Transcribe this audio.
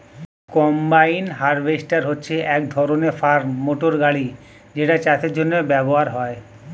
combine harvester হচ্ছে এক ধরণের ফার্ম মোটর গাড়ি যেটা চাষের জন্য ব্যবহার হয়